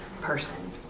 person